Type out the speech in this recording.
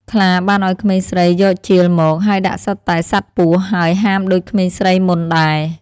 ខ្លាបានឲ្យក្មេងស្រីយកជាលមក ហើយដាក់សុទ្ធតែសត្វពស់ ហើយហាមដូចក្មេងស្រីមុនដែរ។